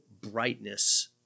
brightness